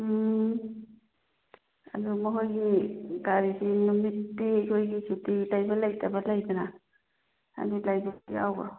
ꯎꯝ ꯑꯗꯨ ꯃꯈꯣꯏꯒꯤ ꯀꯔꯤꯁꯤ ꯅꯨꯃꯤꯠꯇꯤ ꯑꯩꯈꯣꯏꯒꯤ ꯁꯨꯇꯤ ꯂꯩꯕ ꯂꯩꯇꯕ ꯂꯩꯗꯅ ꯑꯗꯨ ꯂꯩꯕꯒ ꯌꯥꯎꯕ꯭ꯔꯣ